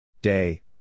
Day